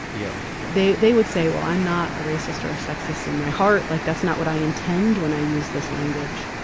yeah yeah they they would say well i'm not a racist or sexist in my heart. like that's not what i intend when i use this language.